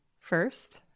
First